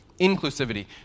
inclusivity